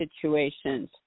situations